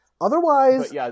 Otherwise